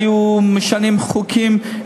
היו משנים חוקים,